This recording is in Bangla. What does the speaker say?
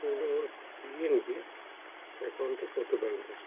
তো পিএনবি অ্যাকাউন্টে কত ব্যালেন্স আছে